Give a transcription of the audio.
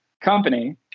company